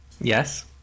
Yes